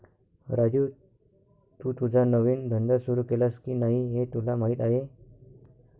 राजू, तू तुझा नवीन धंदा सुरू केलास की नाही हे तुला माहीत आहे